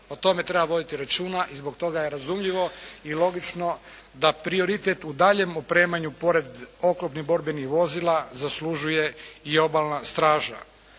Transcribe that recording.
o tome treba voditi računa i zbog toga je razumljivo i logično da prioritet u daljnjem opremanju pored oklopnih borbenih vozila zaslužuje i Obalna straža.